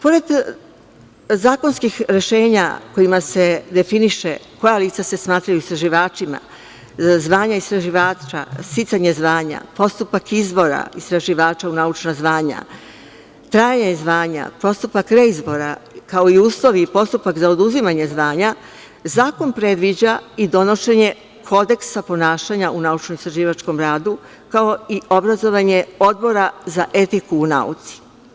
Pored zakonskih rešenja kojima se definiše koja lica se smatraju istraživačima, zvanja istraživača, sticanje zvanja, postupak izbora istraživača u naučna zvanja, postupak reizbora, kao i uslovi i postupak za oduzimanje zvanja, zakon predviđa donošenje kodeksa ponašanja u naučno-istraživačkom radu, kao i obrazovanje Odbora za etiku u nauci.